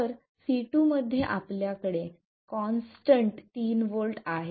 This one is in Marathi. तर C2 मध्ये आपल्याकडे कॉन्स्टंट 3 V आहे